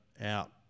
out